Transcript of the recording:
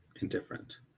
Indifferent